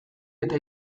eta